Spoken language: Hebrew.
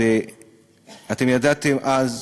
אתם ידעתם אז,